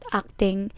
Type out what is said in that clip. acting